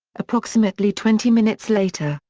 approximately twenty minutes later,